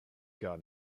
gar